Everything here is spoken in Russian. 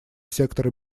сектора